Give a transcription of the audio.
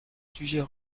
sujets